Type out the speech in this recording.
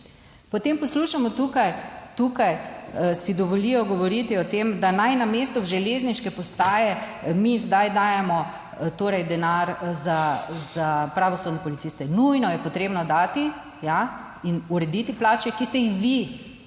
Potem poslušamo tukaj, tukaj si dovolijo govoriti o tem, da naj namesto železniške postaje mi zdaj dajemo torej denar za pravosodne policiste. Nujno je potrebno dati, ja, in urediti plače, ki ste jih vi